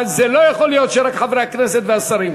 אבל לא יכול להיות שרק חברי הכנסת והשרים.